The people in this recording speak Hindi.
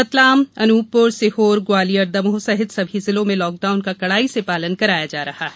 रतलाम अनूपप्र सीहोर ग्वालियर दमोह सहित सभी जिलों में लॉकडाउन का कड़ाई से पालन कराया जा रहा है